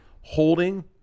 holding